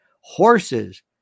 Horses